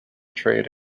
trade